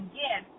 Again